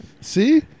See